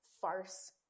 farce